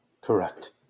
Correct